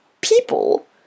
people